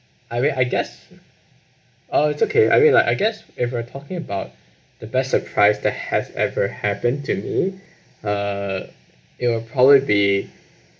I mean I guess uh it's okay I mean like I guess if we're talking about the best surprise that has ever happened to me uh it'll probably be